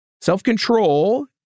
Self-control